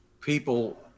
people